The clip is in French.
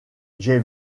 j’ai